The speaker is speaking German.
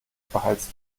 beheizt